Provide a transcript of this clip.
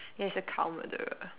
ya he's a cow murderer